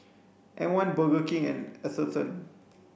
M one Burger King and Atherton